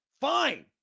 fine